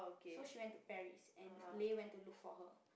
so she went to Paris and then Lei went to look for her